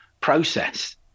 process